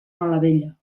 malavella